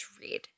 read